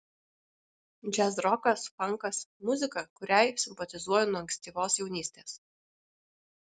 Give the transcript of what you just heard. džiazrokas fankas muzika kuriai simpatizuoju nuo ankstyvos jaunystės